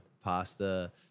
Pasta